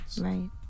Right